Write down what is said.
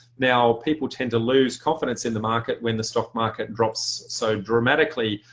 now people tend to lose confidence in the market when the stock market drops so dramatically.